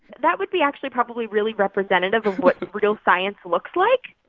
that would be actually probably really representative of what real science looks like.